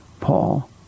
Paul